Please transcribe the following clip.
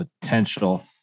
potential